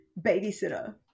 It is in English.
babysitter